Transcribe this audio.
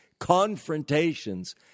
confrontations